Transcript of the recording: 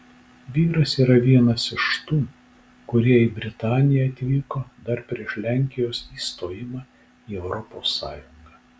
vyras yra vienas iš tų kurie į britaniją atvyko dar prieš lenkijos įstojimą į europos sąjungą